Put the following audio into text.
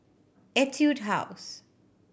Etude House